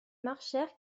marchèrent